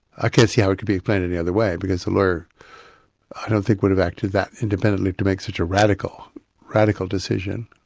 i can't see how it could be explained any other way, because a lawyer i don't think would have acted that independently to make such a radical radical decision.